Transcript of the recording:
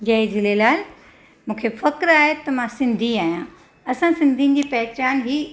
जय झूलेलाल मूंखे फ़ख़्रु आहे त मां सिंधी आहियां असां सिंधियुनि जी पहचान ई